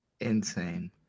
Insane